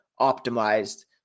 optimized